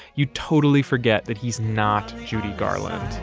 you totally forget that he's not judy garland